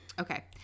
okay